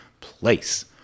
place